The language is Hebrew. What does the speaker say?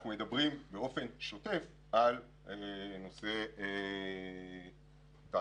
אנחנו מדברים באופן שוטף על נושא תהליך